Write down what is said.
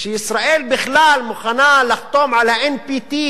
שישראל בכלל מוכנה לחתום על ה-NPT,